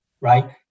Right